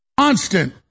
Constant